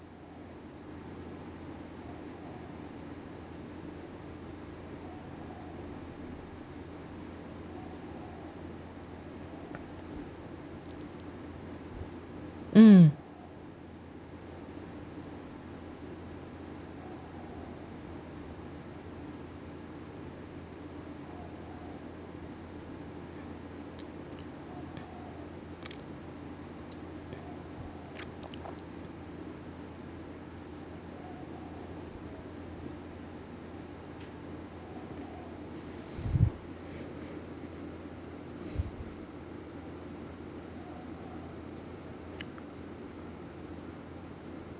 mm